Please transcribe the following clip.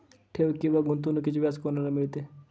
ठेव किंवा गुंतवणूकीचे व्याज कोणाला मिळते?